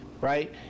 right